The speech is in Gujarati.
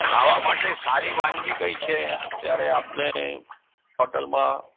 ખાવા માટે સારી વાનગી કઈ છે અત્યારે આપણે હોટૅલમાં